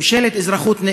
ממשלת אזרחות,